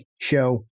show